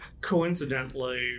Coincidentally